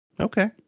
Okay